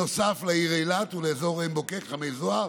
נוסף על העיר אילת ואזור עין בוקק, חמי זוהר,